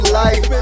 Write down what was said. life